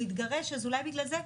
הוא התגרש אז אולי בגלל זה.